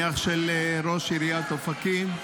אני אח של ראש עיריית אופקים.